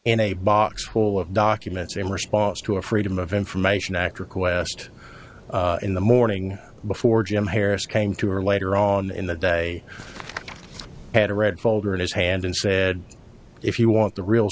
in a box full of documents in response to a freedom of information act request in the morning before jim harris came to or later on in the day had a red folder in his hand and said if you want the real